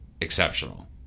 exceptional